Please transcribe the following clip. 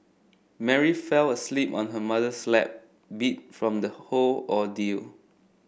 Mary fell asleep on her mother's lap beat from the whole ordeal